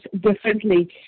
differently